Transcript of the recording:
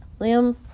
Liam